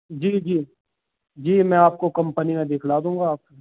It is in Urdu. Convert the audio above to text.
جی جی جی میں آپ کو کمپنی میں دکھلا دوں گا آپ